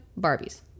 barbies